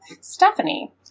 Stephanie